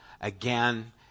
again